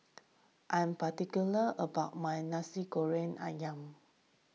I'm particular about my Nasi Goreng Ayam